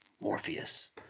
Morpheus